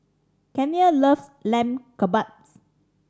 Kenia loves Lamb Kebabs